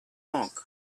monk